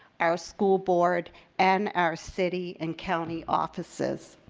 our school board and our city and county offices.